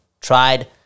tried